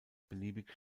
beliebig